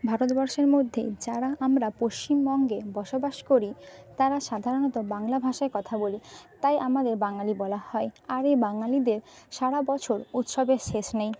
ভারতবর্ষের মধ্যে যারা আমরা পশ্চিমবঙ্গে বসবাস করি তারা সাধারণত বাংলা ভাষায় কথা বলি তাই আমাদের বাঙালি বলা হয় আর এই বাঙালিদের সারা বছর উৎসবের শেষ নেই